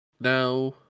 now